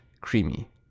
creamy